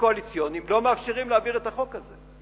קואליציוניים לא מאפשרים להעביר את החוק הזה.